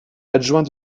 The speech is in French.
adjoint